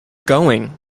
going